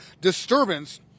disturbance